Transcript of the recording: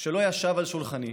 שלא ישב על שולחני.